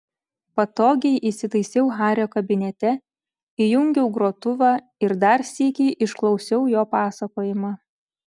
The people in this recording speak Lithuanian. patogiai įsitaisiau hario kabinete įjungiau grotuvą ir dar sykį išklausiau jo pasakojimą